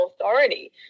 authority